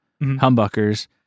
humbuckers